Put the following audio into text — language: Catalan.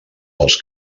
pels